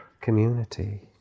community